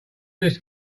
this